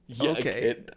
okay